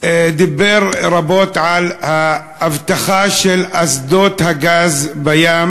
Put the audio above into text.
דיבר רבות על האבטחה של אסדות הגז בים